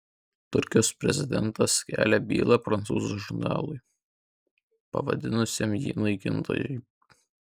turkijos prezidentas kelia bylą prancūzų žurnalui pavadinusiam jį naikintoju